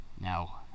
Now